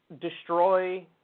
destroy